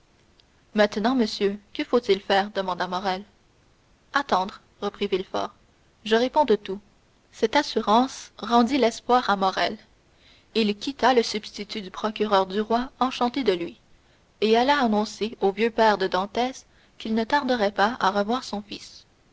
maintenant monsieur que faut-il faire demanda morrel attendre reprit villefort je réponds de tout cette assurance rendit l'espoir à morrel il quitta le substitut du procureur du roi enchanté de lui et alla annoncer au vieux père de dantès qu'il ne tarderait pas à revoir son fils